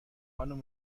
خانم